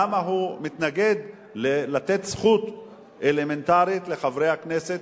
למה הוא מתנגד לתת זכות אלמנטרית לחברי הכנסת,